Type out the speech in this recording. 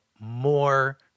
more –